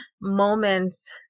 moments